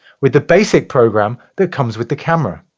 with the basic program that comes with the camera.